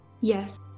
Yes